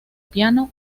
piano